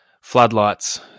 Floodlights